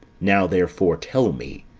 now, therefore, tell me,